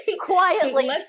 Quietly